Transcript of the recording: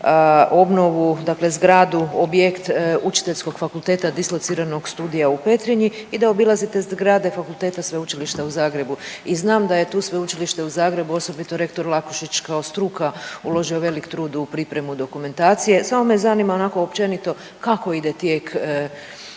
obnovu, dakle zgradu, objekt Učiteljskog fakulteta dislociranog studija u Petrinji i da obilazite zgrade fakulteta Sveučilišta u Zagrebu i znam da je tu Sveučilište u Zagrebu osobito rektor Vlahušić kao struka uložio veliki trud u pripremu dokumentacije. Samo me zanima onako općenito kako ide tijek